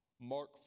Mark